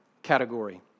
category